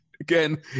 again